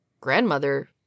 grandmother